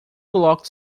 coloque